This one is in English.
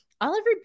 Oliver